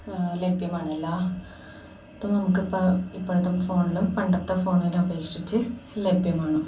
ലഭ്യമാണ് എല്ലാ ഇത് നമുക്ക് ഇപ്പം ഇപ്പോഴത്തേയും ഫോണിൽ പണ്ടത്തെ ഫോണിനെ അപേക്ഷിച്ച് ലഭ്യമാണ്